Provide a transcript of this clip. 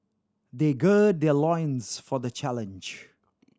they gird their loins for the challenge